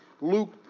Luke